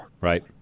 Right